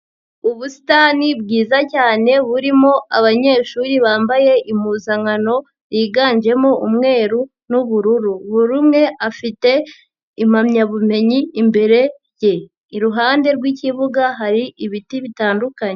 Ubusitani bwiza cyane burimo abanyeshuri bambaye impuzankano, yiganjemo umweru n'ubururu. Buri umwe afite impamyabumenyi imbere ye. Iruhande rw'ikibuga hari ibiti bitandukanye.